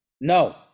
No